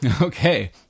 Okay